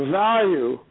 value